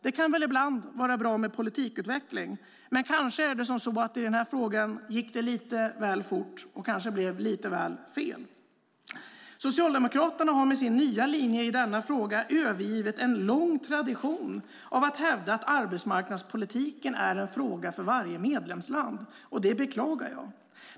Det kan väl ibland vara bra med politikutveckling, men det gick kanske lite väl fort i den här frågan och det blev kanske lite väl fel. Socialdemokraterna har med sin nya linje i denna fråga övergivit en lång tradition av att hävda att arbetsmarknadspolitiken är en fråga för varje medlemsland, och det beklagar jag.